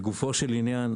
לגופו של עניין,